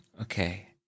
Okay